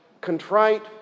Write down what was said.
contrite